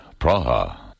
Praha